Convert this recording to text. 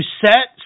set